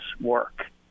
work